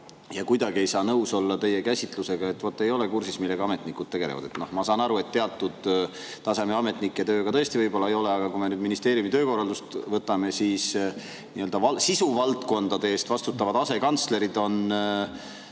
ja kuidagi ei saa nõus olla teie käsitlusega, et vot ei ole kursis, millega ametnikud tegelevad. Noh, ma saan aru, et teatud taseme ametnike tööga tõesti võib-olla ei ole, aga kui me nüüd ministeeriumi töökorralduse võtame, siis sisuvaldkondade eest vastutavad asekantslerid on